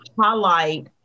highlight